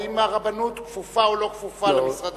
האם הרבנות כפופה או לא כפופה למשרד הדתות.